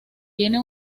tiene